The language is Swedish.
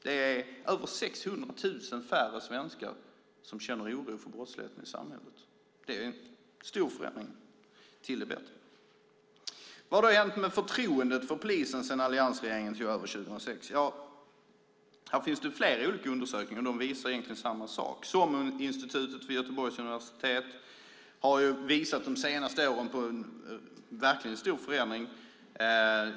Det är över 600 000 färre svenskar som känner oro för brottsligheten i samhället. Det är en stor förändring till det bättre. Vad har då hänt med förtroendet för polisen sedan alliansregeringen tog över 2006. Här finns det flera olika undersökningar, och de visar egentligen samma sak. SOM-institutet vid Göteborgs universitet har de senaste åren visat på en stor förändring.